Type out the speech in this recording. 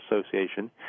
Association